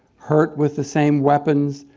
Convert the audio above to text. hurt with the same weapons,